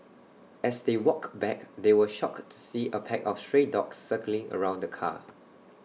as they walked back they were shocked to see A pack of stray dogs circling around the car